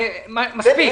מספיק.